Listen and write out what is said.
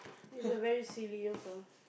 he's a very silly also